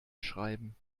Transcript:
schreiben